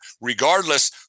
regardless